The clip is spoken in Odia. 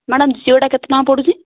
ମ୍ୟାଡ଼ମ ଜିଓଟା କେତେ ଟଙ୍କା ପଡ଼ୁଛି